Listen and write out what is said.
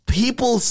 people